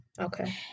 Okay